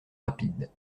rapides